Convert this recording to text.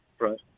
Right